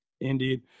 Indeed